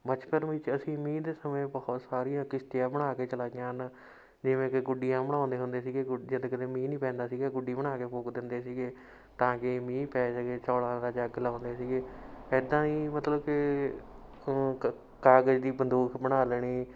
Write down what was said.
ਬਚਪਨ ਵਿੱਚ ਅਸੀਂ ਮੀਂਹ ਦੇ ਸਮੇਂ ਬਹੁਤ ਸਾਰੀਆਂ ਕਿਸ਼ਤੀਆਂ ਬਣਾ ਕੇ ਚਲਾਈਆਂ ਹਨ ਜਿਵੇਂ ਕਿ ਗੁੱਡੀਆਂ ਬਣਾਉਂਦੇ ਹੁੰਦੇ ਸੀਗੇ ਜਦ ਕਦੇ ਮੀਂਹ ਨਹੀਂ ਪੈਂਦਾ ਸੀਗਾ ਗੁੱਡੀ ਬਣਾ ਕੇ ਫੂਕ ਦਿੰਦੇ ਸੀਗੇ ਤਾਂ ਕਿ ਮੀਂਹ ਪੈ ਸਕੇ ਚੌਲਾਂ ਦਾ ਜੱਗ ਲਾਉਂਦੇ ਸੀਗੇ ਇੱਦਾਂ ਹੀ ਮਤਲਬ ਕਿ ਕਾਗਜ਼ ਦੀ ਬੰਦੂਕ ਬਣਾ ਲੈਣੀ